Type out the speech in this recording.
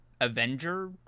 Avenger